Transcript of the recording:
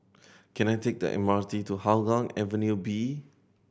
can I take the M R T to Hougang Avenue B